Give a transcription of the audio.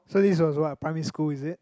so this was what primary school is it